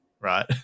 right